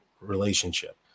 relationship